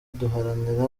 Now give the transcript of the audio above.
duharanira